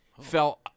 fell